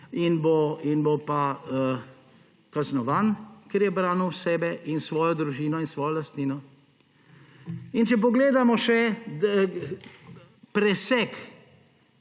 bo pa kaznovan, ker je branil sebe in svojo družino in svojo lastnino. Če pogledamo še presek